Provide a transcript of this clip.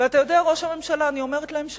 ואתה יודע, ראש הממשלה, אני אומרת להם שלא.